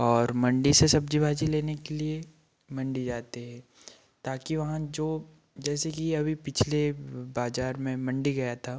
और मंडी से सब्जी भाजी लेने के लिए मंडी जाते हैं ताकि वहाँ जो जैसे कि अभी पिछले बाजार में मंडी गया था